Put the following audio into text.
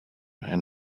and